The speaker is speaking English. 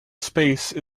space